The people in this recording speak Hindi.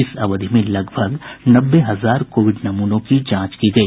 इस अवधि में लगभग नब्बे हजार कोविड नम्नों की जांच की गई